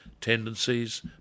tendencies